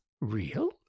Real